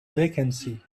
vacancy